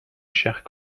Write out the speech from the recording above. chère